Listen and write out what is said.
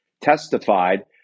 testified